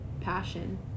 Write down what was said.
passion